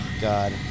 God